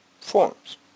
forms